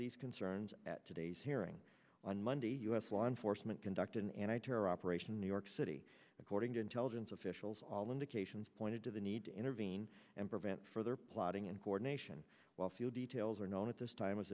these concerns at today's hearing on monday u s law enforcement conducted and i terror operation new york city according to intelligence officials all indications pointed to the need to intervene and prevent further plotting and coordination while few details are known at this time as